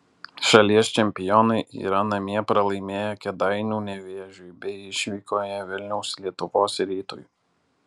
šalies čempionai yra namie pralaimėję kėdainių nevėžiui bei išvykoje vilniaus lietuvos rytui